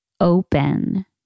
open